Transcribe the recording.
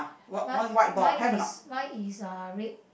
mine mine is mine is uh red